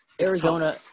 Arizona –